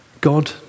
God